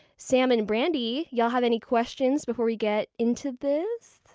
sam and brandi, y'all have any questions before we get into this?